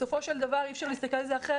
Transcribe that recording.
בסופו של דבר אי אפשר להסתכל על זה אחרת,